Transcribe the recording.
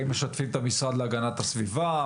האם משתפים את המשרד להגנת הסביבה?